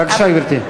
בבקשה, גברתי.